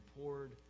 poured